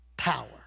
power